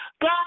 god